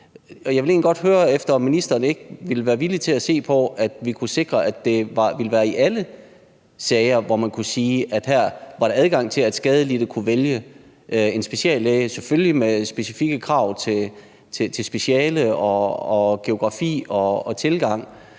Jeg vil egentlig godt høre, om ministeren ikke vil være villig til at se på, om vi kunne sikre, at det ville være i alle sager, hvor man kunne sige, at her var der adgang til, at skadelidte kunne vælge en speciallæge, selvfølgelig med specifikke krav til speciale og geografi og tilgang,